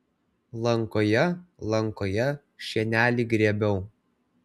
lankoje lankoje šienelį grėbiau